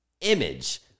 image